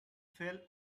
fell